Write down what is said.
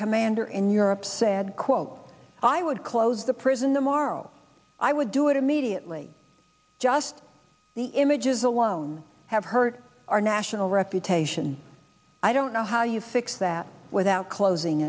commander in europe said quote i would close the prison the morrow i would do it immediately just the images alone have hurt our national reputation i don't know how you fix that without closing